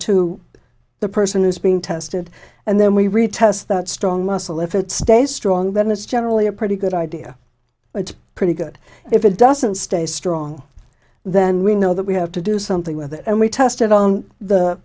to the person who's being tested and then we retest that strong muscle if it stays strong then it's generally a pretty good idea it's pretty good if it doesn't stay strong then we know that we have to do something with it and we test it on the